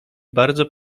bardzo